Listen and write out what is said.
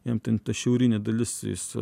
jam ten ta šiaurinė dalis jis